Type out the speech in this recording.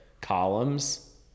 columns